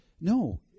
no